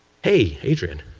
hey, adrian.